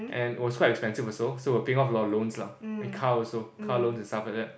and it was quite expensive also so we'll pay off our loans lah then car also car loans and stuff like that